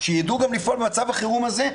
שידעו גם לפעול במצב החירום הזה.